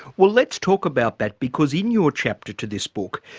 well let's talk about that because in your chapter to this book,